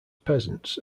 peasants